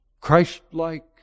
Christ-like